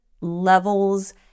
levels